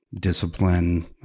discipline